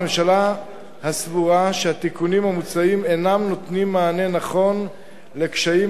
הממשלה סבורה שהתיקונים המוצעים אינם נותנים מענה נכון לקשיים